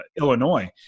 Illinois